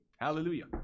Hallelujah